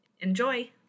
Enjoy